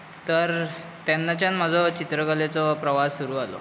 तर तेन्नाच्यान म्हजो चित्रकलेचो प्रवास सुरू जालो